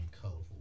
colorful